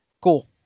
Cool